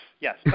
Yes